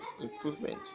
improvement